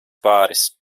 pāris